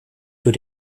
für